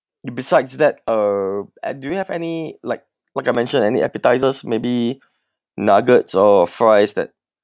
besides that err and do you have any like like I mention any appetisers maybe nuggets or fries that